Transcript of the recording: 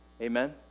Amen